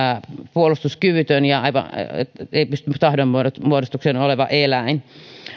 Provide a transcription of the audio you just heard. puolustuskyvytön ei tahdonmuodostukseen pystyvä eläin